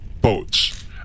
boats